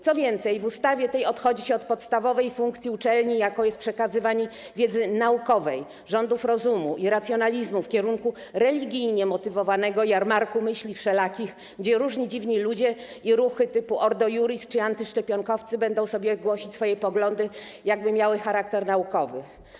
Co więcej, w ustawie tej odchodzi się od podstawowej funkcji uczelni, jaką jest przekazywanie wiedzy naukowej, od rządów rozumu i racjonalizmu w kierunku religijnie motywowanego jarmarku myśli wszelakich, gdzie różni dziwni ludzie i ruchy typu Ordo Iuris czy antyszczepionkowcy będą głosić swoje poglądy, jakby miały charakter naukowy.